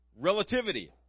relativity